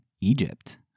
Egypt